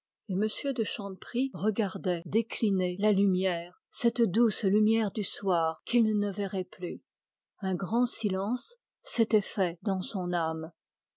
bleuâtre et m de chanteprie regardait décliner la lumière cette douce lumière du soir qu'il ne verrait plus un grand silence s'était fait dans son âme